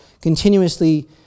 continuously